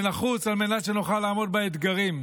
זה נחוץ על מנת שנוכל לעמוד באתגרים.